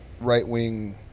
right-wing